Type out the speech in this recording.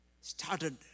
started